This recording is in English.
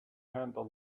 handle